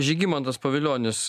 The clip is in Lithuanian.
žygimantas pavilionis